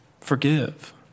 forgive